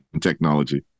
technology